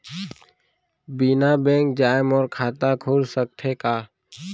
बिना बैंक जाए मोर खाता खुल सकथे का?